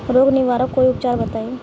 रोग निवारन कोई उपचार बताई?